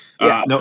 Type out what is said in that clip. No